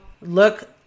Look